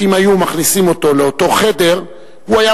שאם היו מכניסים אותו לאותו חדר הוא היה